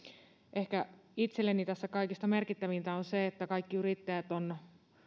ehkä itselleni tässä kaikista merkittävintä on se että kaikki yrittäjät ovat